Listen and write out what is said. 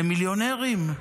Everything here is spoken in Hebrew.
למיליונרים?